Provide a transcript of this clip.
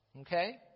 Okay